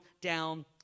down